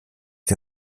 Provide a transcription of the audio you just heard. die